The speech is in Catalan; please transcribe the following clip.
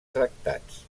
tractats